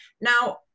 Now